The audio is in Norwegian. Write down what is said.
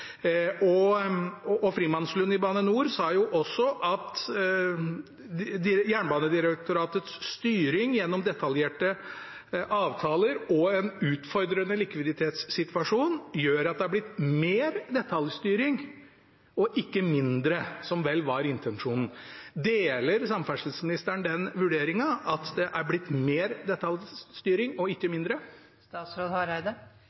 Frimannslund i Bane Nor sa jo også at Jernbanedirektoratets styring gjennom detaljerte avtaler og en utfordrende likviditetssituasjon gjør at det er blitt mer detaljstyring, ikke mindre, som vel var intensjonen. Deler samferdselsministeren den vurderingen, at det er blitt mer detaljstyring og ikke